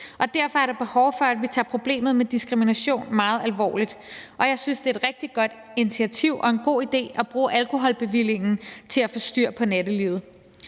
Derfor er der behov for, at vi tager problemet med diskrimination meget alvorligt, og jeg synes, det er et rigtig godt initiativ og en god idé at bruge alkoholbevillingen til at få styr på nattelivet.